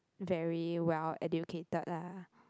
very well educated lah